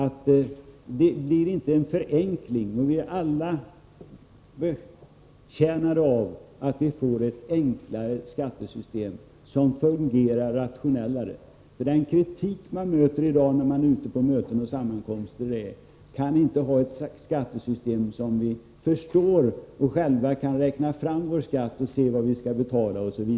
Det blir inte en förenkling som vi alla känner av, ett enklare skattesystem som fungerar rationellare. Vad man får höra i dag på möten och sammankomster är detta: Kan vi inte få ett skattesystem som vi förstår? Kan vi inte få ett enklare system, så att vi själva kan räkna fram vår skatt och se vad vi skall betala?